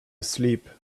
asleep